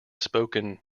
spoken